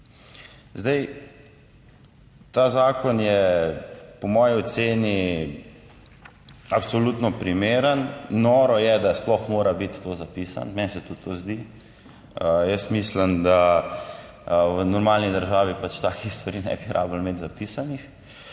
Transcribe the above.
Zdaj, ta zakon je po moji oceni absolutno primeren. Noro je, da sploh mora biti to zapisano. Meni se tudi to zdi. Jaz mislim, da v normalni državi pač takih stvari ne bi rabili imeti zapisanih.